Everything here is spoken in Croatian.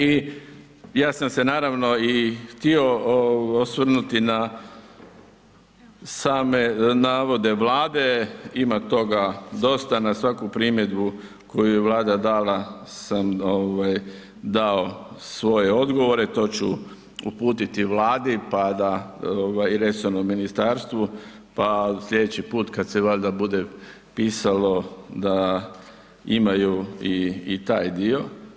I ja sam se naravno i htio osvrnuti na same navode Vlade ima toga dosta, na svaku primjedbu koju je Vlada dala sam ovaj dao svoje odgovore to ću uputiti Vladi pa da, i resornom ministarstvu pa slijedeći put kad se valjda bude pisalo da imaju i taj dio.